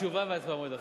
תשובה והצבעה במועד אחר.